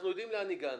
אנחנו יודעים לאן הגענו.